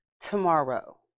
tomorrow